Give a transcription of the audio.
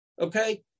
okay